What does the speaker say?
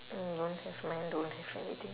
mm don't have mine don't have anything